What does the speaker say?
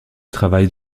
travaille